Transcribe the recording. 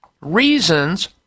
reasons